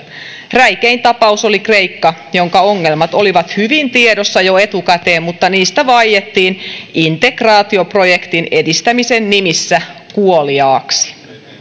räikein tapaus oli kreikka jonka ongelmat olivat hyvin tiedossa jo etukäteen mutta niistä vaiettiin integraatioprojektin edistämisen nimissä kuoliaaksi